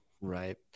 Right